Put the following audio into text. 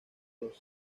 los